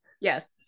Yes